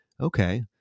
okay